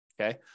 okay